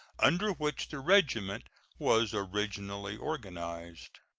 under which the regiment was originally organized.